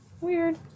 Weird